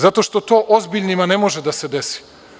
Zato što to ozbiljnima ne može da se desi.